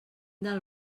del